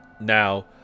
Now